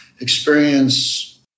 experience